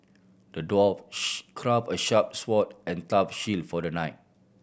the dwarf crafted a sharp sword and a tough shield for the knight